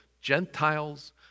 Gentiles